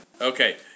Okay